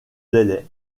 délai